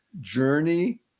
Journey